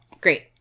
Great